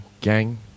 gang